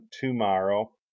tomorrow